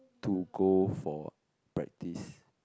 to go for practice